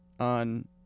on